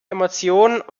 emotionen